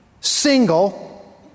single